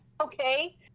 Okay